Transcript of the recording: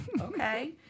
Okay